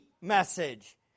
message